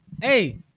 Hey